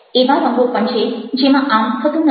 એવા રંગો પણ છે જેમાં આમ થતું નથી